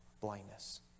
blindness